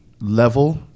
level